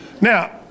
Now